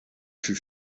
fut